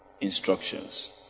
instructions